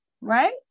Right